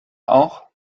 auch